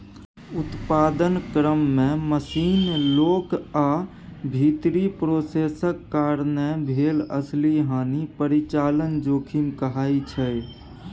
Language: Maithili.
उत्पादन क्रम मे मशीन, लोक आ भीतरी प्रोसेसक कारणेँ भेल असली हानि परिचालन जोखिम कहाइ छै